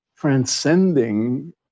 Transcending